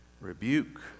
rebuke